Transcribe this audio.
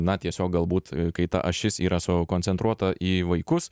na tiesiog galbūt kai ta ašis yra sukoncentruota į vaikus